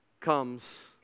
comes